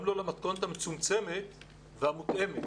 גם לא במתכונת המצומצמת והמותאמת.